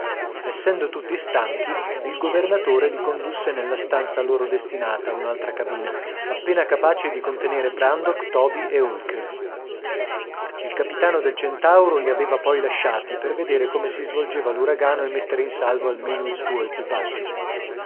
essendo tutti stanchi il governatore li condusse nella stanza loro destinata un'altra cabina appena capace di contenere brandok toby e holker il capitano del centauro li aveva poi lasciati per vedere come si svolgeva l'uragano e mettere in salvo almeno il suo equipaggio